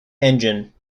engine